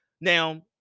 Now